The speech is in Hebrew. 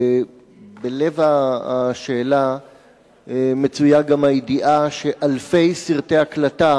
בלב השאלה מצויה גם הידיעה שאלפי סרטי הקלטה